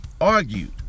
argued